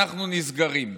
אנחנו נסגרים.